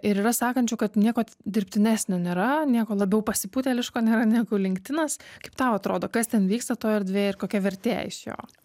ir yra sakančių kad nieko dirbtinesnio nėra nieko labiau pasipūtėliško nėra negu linktinas kaip tau atrodo kas ten vyksta toj erdvėj ir kokia vertė iš jo